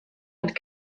had